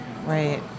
Right